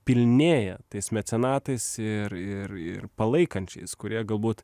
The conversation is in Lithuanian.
pilnėja tais mecenatais ir ir ir palaikančiais kurie galbūt